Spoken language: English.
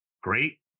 great